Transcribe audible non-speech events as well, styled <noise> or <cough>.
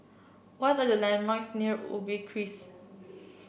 what are the landmarks near Ubi <unintelligible>